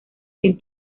quien